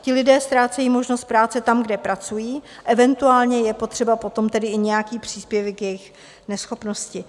Ti lidé ztrácejí možnost práce tam, kde pracují, eventuálně je potřeba potom tedy i nějaký příspěvek v jejich neschopnosti.